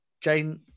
Jane